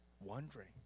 wondering